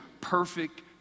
perfect